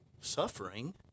Suffering